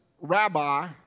rabbi